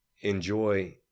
enjoy